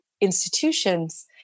institutions